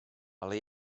ale